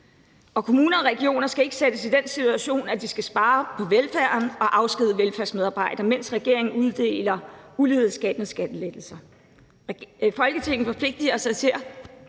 kommuner og regioner skal ikke sættes i den situation, at de skal skære på velfærden og afskedige velfærdsmedarbejdere, mens regeringen uddeler ulighedsskabende skattelettelser. Folketinget forpligter